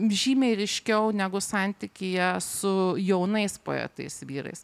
žymiai ryškiau negu santykyje su jaunais poetais vyrais